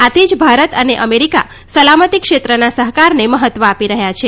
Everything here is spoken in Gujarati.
આથી જ ભારત અને અમેરિકા સલામતી ક્ષેત્રના સહકારને મહત્વ આપી રહ્યા છે